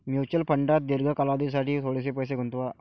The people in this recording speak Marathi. म्युच्युअल फंडात दीर्घ कालावधीसाठी थोडेसे पैसे गुंतवा